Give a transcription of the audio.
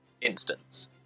instance